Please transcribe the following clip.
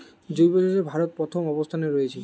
জৈব চাষে ভারত প্রথম অবস্থানে রয়েছে